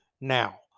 now